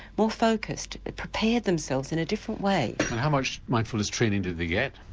more focused, they prepared themselves in a different way. and how much mindfulness training did they get?